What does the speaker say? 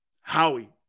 Howie